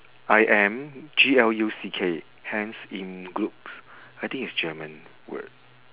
I M G L U C K hans im gluck I think it's german word